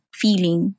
feeling